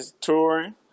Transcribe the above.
touring